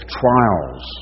trials